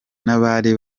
n’abari